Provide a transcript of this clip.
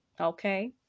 okay